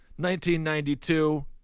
1992